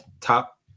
top